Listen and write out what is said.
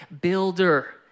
builder